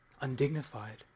undignified